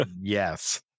Yes